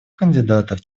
кандидатов